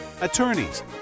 attorneys